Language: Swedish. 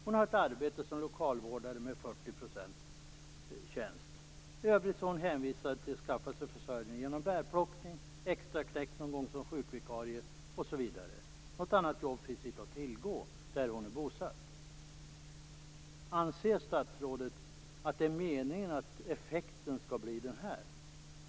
Hon har ett arbete som lokalvårdare med 40 % tjänst. I övrigt är hon hänvisad till att skaffa sig försörjning genom bärplockning, extraknäck någon gång som sjukvikarie osv. Något annat jobb finns inte att tillgå där hon är bosatt. Anser statsrådet att det är meningen att effekten skall bli den här?